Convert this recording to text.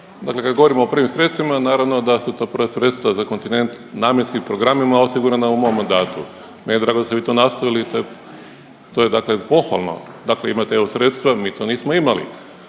dakle kad govorimo o prvim sredstvima naravno da su ta prva sredstva za kontinent namjenskim programima osigurana u mom mandatu. Meni je drago da ste vi to nastavili i to je, to je dakle pohvalno. Dakle, imate evo sredstva mi to nismo imali,